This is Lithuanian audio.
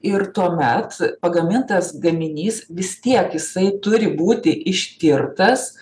ir tuomet pagamintas gaminys vis tiek jisai turi būti ištirtas